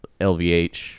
LVH